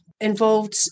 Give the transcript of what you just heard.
involved